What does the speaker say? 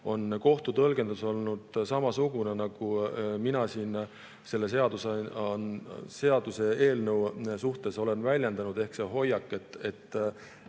on kohtu tõlgendus olnud samasugune, nagu mina siin selle seaduseelnõu suhtes olen väljendanud. Ehk hoiak on